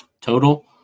total